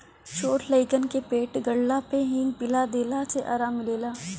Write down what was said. छोट लइकन के पेट गड़ला पे हिंग पिया देला से आराम मिलेला